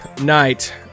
night